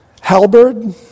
halberd